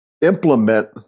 implement